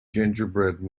gingerbread